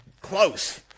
close